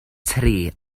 tri